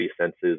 senses